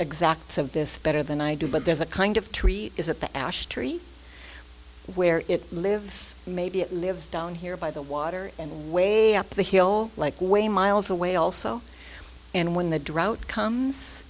exact this better than i do but there's a kind of tree is at the ash tree where it lives maybe it lives down here by the water and way up the hill like way miles away also and when the drought comes